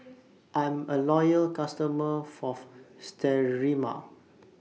I'm A Loyal customer Fourth Sterimar